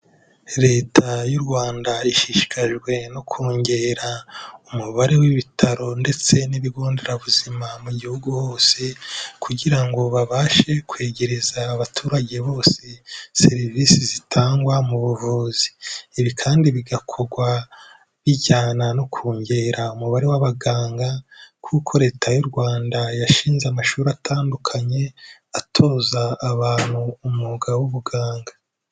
Leta y'u Rwanda ishishikajwe no kongera umubare w'ibitaro ndetse n'ibigo nderabuzima mu gihugu hose kugira ngo babashe kwegereza abaturage bose, serivisi zitangwa mu buvuzi. Ibi kandi bigakorwa bijyana no kongera umubare w'abaganga kuko Leta y'u Rwanda yashinze amashuri atandukanye, atoza abantu umwuga w'ubuganga.